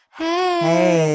hey